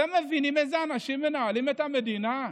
אתם מבינים איזה אנשים מנהלים את המדינה?